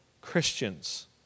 Christians